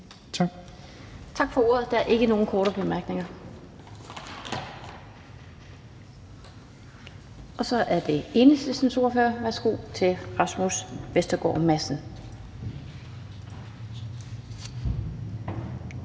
Tak. Der er ikke nogen korte bemærkninger. Og så er det Enhedslistens ordfører. Værsgo til Rasmus Vestergaard Madsen.